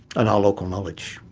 and our local knowledge,